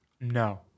No